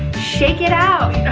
shake it out,